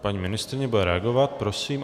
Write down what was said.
Paní ministryně bude reagovat, prosím.